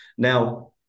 Now